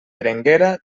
berenguera